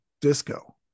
disco